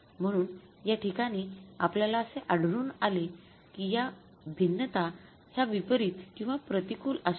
म्हणून या ठिकाणी आपल्याला असे आढळून आले कि या भिन्नता ह्या विपरीत किंवा प्रतिकूल अश्या आहेत